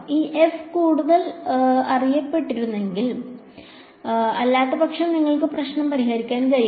ഈ എഫ് ഇവിടെ കൂടുതൽ അറിയപ്പെട്ടിരുന്നെങ്കിൽ അല്ലാത്തപക്ഷം നിങ്ങൾക്ക് പ്രശ്നം പരിഹരിക്കാൻ കഴിയില്ല